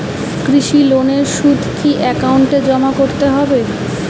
কৃষি লোনের সুদ কি একাউন্টে জমা করতে হবে?